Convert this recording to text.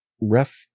ref